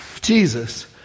Jesus